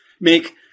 make